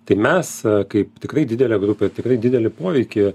tai mes kaip tikrai didelė grupė tikrai didelį poveikį